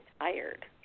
tired